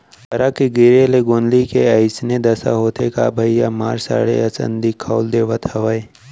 करा के गिरे ले गोंदली के अइसने दसा होथे का भइया मार सड़े असन दिखउल देवत हवय